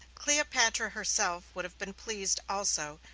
cleopatra herself would have been pleased, also,